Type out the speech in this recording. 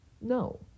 No